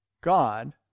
God